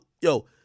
yo